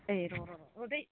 ओय र' र' र' दै